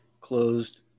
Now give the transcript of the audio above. closed